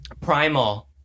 Primal